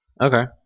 Okay